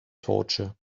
torture